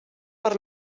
per